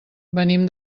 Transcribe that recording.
venim